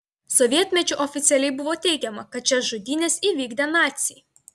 sovietmečiu oficialiai buvo teigiama kad šias žudynes įvykdė naciai